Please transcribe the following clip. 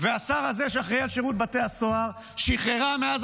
והשר הזה שאחראי על שירות בתי הסוהר שיחררו מאז